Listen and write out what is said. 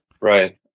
right